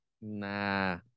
nah